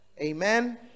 amen